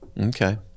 Okay